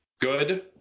good